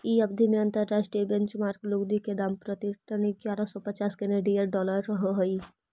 इ अवधि में अंतर्राष्ट्रीय बेंचमार्क लुगदी के दाम प्रति टन इग्यारह सौ पच्चास केनेडियन डॉलर रहऽ हई